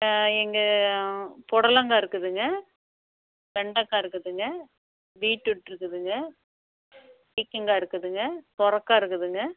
இங்க பொடலங்காய் இருக்குதுங்க வெண்டக்காய் இருக்குதுங்க பீட்ரூட் இருக்குதுங்க பீர்க்கங்கா இருக்குதுங்க சொரக்காய் இருக்குதுங்க